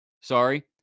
sorry